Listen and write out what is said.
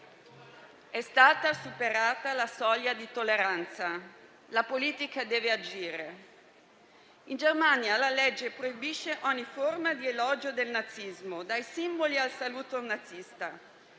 È stata superata la soglia di tolleranza: la politica deve agire. In Germania la legge proibisce ogni forma di elogio del nazismo, dai simboli al saluto nazista.